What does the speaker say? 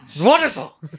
wonderful